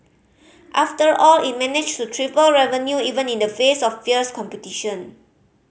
after all it managed to triple revenue even in the face of fierce competition